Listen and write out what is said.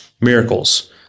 miracles